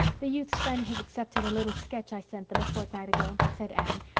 the youth's friend has accepted a little sketch i sent them a fortnight ago, said anne,